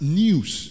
news